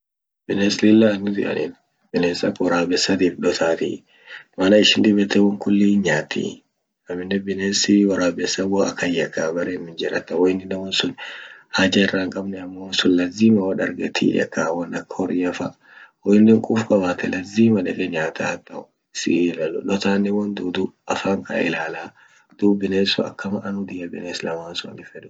Bines lilla an udi anin bines ak worabesatif dotati mana ishin dib yette won kulli hin nyatii aminen binesi worabesa wo akan yakaa bere inin jir hata ho inine won sun haja irra hinqabne amo wonsun lazima ho darget hin yakaa won ak horia fa ho inin quf qabate lazima deqe nyataa dotane won dudu afan kaye ilala dub bines sun akama an udiya bines laman sun.